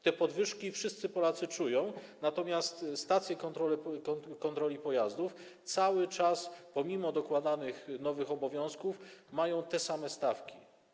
Te podwyżki wszyscy Polacy czują, natomiast stacje kontroli pojazdów cały czas, pomimo dokładanych nowych obowiązków, mają te same stawki.